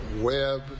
web